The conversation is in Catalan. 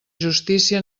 justícia